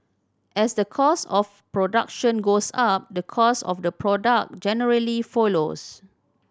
as the cost of production goes up the cost of the product generally follows